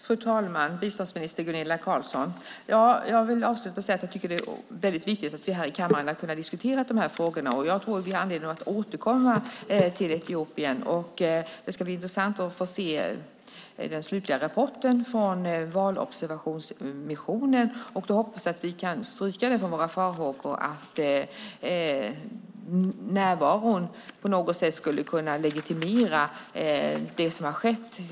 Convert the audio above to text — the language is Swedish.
Fru talman! Biståndsminister Gunilla Carlsson! Jag vill avsluta med att säga att jag tycker att det är väldigt viktigt att vi här i kammaren har kunnat diskutera de här frågorna. Jag tror att vi får anledning att återkomma till Etiopien. Det ska bli intressant att få se den slutliga rapporten från valobservationsmissionen. Jag hoppas att vi då kan stryka våra farhågor att närvaron på något sätt skulle kunna legitimera det som har skett.